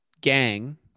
gang